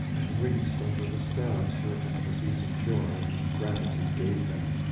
and winced under the stabs her ecstasies of joy and gratitude gave them.